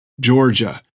Georgia